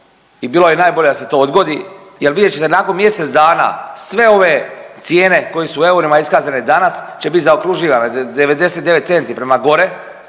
i bilo bi najbolje da se to odgodi, jer vidjet ćete nakon mjesec dana sve ove cijene koje su u eurima iskazane danas će biti zaokruživane 99 centi prema gore,